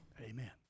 amen